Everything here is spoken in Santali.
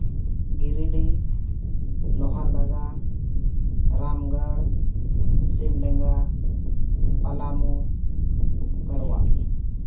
ᱜᱤᱨᱤᱰᱤ ᱞᱳᱦᱟᱨᱫᱟᱜᱟ ᱨᱟᱢᱜᱚᱲ ᱥᱤᱢᱰᱮᱸᱜᱟ ᱯᱟᱞᱟᱢᱳ ᱯᱟᱨᱣᱟ